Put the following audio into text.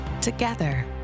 Together